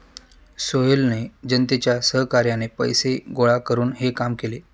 सोहेलने जनतेच्या सहकार्याने पैसे गोळा करून हे काम केले